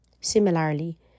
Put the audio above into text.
Similarly